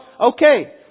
okay